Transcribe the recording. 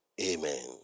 Amen